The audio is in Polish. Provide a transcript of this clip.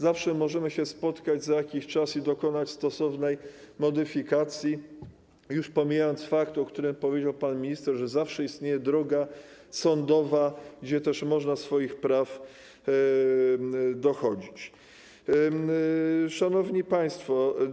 Zawsze możemy spotkać się za jakiś czas i dokonać stosownej modyfikacji, już pomijając fakt, o którym powiedział pan minister, że zawsze istnieje droga sądowa, gdzie też można dochodzić swoich praw. Szanowni Państwo!